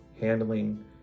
handling